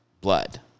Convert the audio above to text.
blood